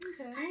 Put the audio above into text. Okay